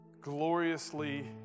gloriously